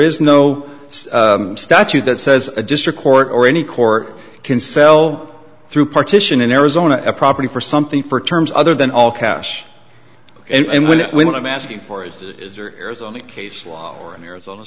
is no statute that says a district court or any court can sell through partition in arizona a property for something for terms other than all cash and when it when i'm asking for it is or arizona case law or an arizona